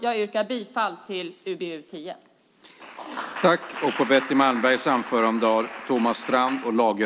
Jag yrkar bifall till utskottets förslag i UbU10.